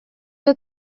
will